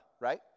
Right